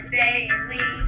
daily